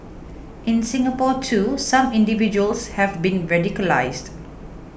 in Singapore too some individuals have been radicalised